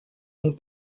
ont